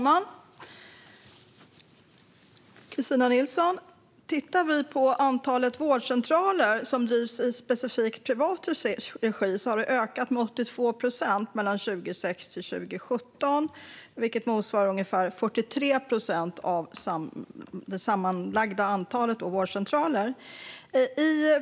Herr talman! Kristina Nilsson! Antalet vårdcentraler som drivs specifikt i privat regi ökade med 82 procent mellan 2006 och 2017. Det motsvarar ungefär 43 procent av det sammanlagda antalet vårdcentraler.